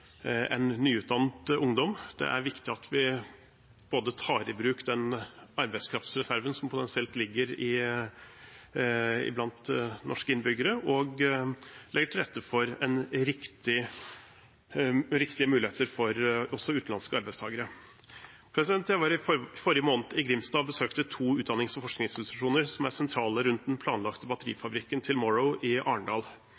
ungdom. Det er viktig at vi både tar i bruk den arbeidskraftreserven som potensielt ligger blant norske innbyggere, og legger til rette for riktige muligheter for også utenlandske arbeidstakere. Jeg var i forrige måned i Grimstad og besøkte to utdannings- og forskningsinstitusjoner som er sentrale rundt den planlagte